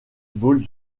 ball